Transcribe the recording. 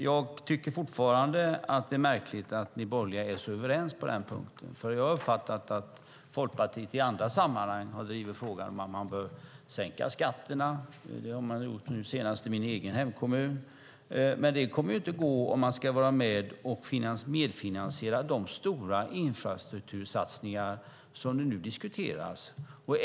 Jag tycker fortfarande att det är märkligt att ni borgerliga är så överens på den punkten, för jag har uppfattat att Folkpartiet i andra sammanhang har drivit frågan att man bör sänka skatterna. Det har man gjort nu senast i min egen hemkommun. Men det kommer ju inte att gå om man ska vara med och medfinansiera de stora infrastruktursatsningar som nu diskuteras.